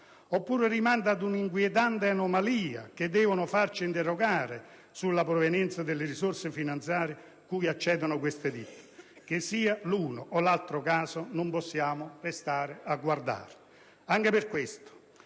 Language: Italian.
oppure rimanda ad inquietanti anomalie che devono farci interrogare sulla provenienza delle risorse finanziarie cui accedono quelle ditte. Che sia l'uno o l'altro caso, non possiamo restare a guardare. Anche per questo,